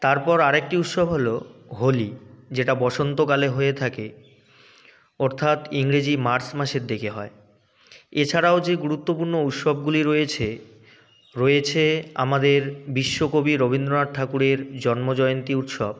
তারপর আরেকটি উৎসব হল হোলি যেটা বসন্তকালে হয়ে থাকে অর্থাৎ ইংরেজি মার্চ মাসের দিকে হয় এছাড়াও যে গুরুত্বপূর্ণ উৎসবগুলি রয়েছে রয়েছে আমাদের বিশ্বকবি রবীন্দ্রনাথ ঠাকুরের জন্মজয়ন্তী উৎসব